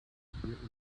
unangebracht